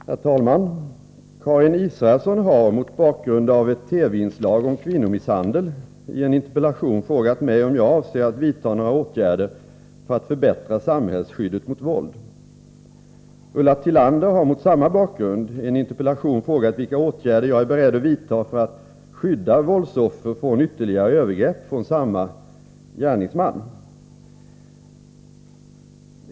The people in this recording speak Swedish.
Herr talman! Karin Israelsson har — mot bakgrund av ett TV-inslag om kvinnomisshandel -—i en interpellation frågat mig om jag avser att vidta några åtgärder för att förbättra samhällsskyddet mot våld. Ulla Tillander har mot samma bakgrund i en interpellation frågat vilka åtgärder jag är beredd att vidta för att skydda våldsoffer från ytterligare övergrepp från samma gärningsman.